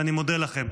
ואני מודה לכם.